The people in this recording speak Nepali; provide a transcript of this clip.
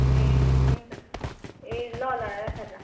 ए हुन्छ ए ल ल राख ल